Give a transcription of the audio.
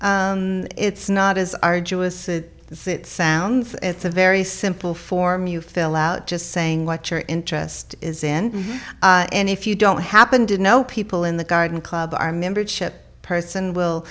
members it's not as arduous this it sounds it's a very simple form you fill out just saying what your interest is in and if you don't happen to know people in the garden club our membership person will